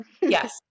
Yes